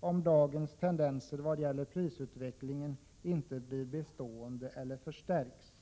om dagens tendenser vad gäller prisutvecklingen inte blir bestående eller förstärks”.